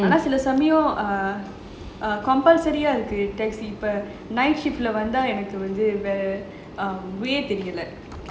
ஆனா சில சமயம்:aanaa sila samayam err err taxi இருக்கு வந்தா எனக்கு வந்து வேர்க்குது:irukku vantha enakku vanthu verkuthu